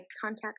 contact